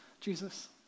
Jesus